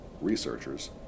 researchers